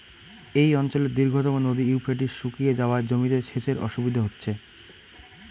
এই অঞ্চলের দীর্ঘতম নদী ইউফ্রেটিস শুকিয়ে যাওয়ায় জমিতে সেচের অসুবিধে হচ্ছে